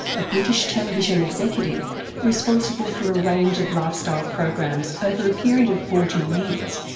a british television executive responsible for a range of lifestyle programs over a period of forty years,